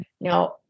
Now